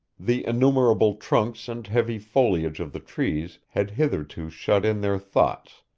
the innumerable trunks and heavy foliage of the trees had hitherto shut in their thoughts,